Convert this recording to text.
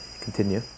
continue